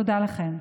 תודה לכן.